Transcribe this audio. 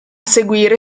seguire